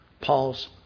Paul's